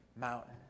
mountain